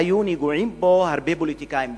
היו נגועים בו הרבה פוליטיקאים בישראל,